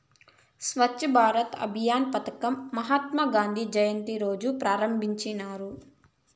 స్వచ్ఛ భారత్ అభియాన్ పదకం మహాత్మా గాంధీ జయంతి రోజా ప్రారంభించినారు